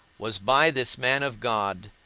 was by this man of god,